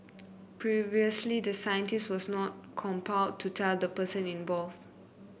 previously the scientist was not compelled to tell the person involved